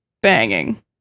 banging